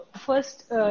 first